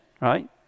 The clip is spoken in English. right